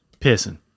pissing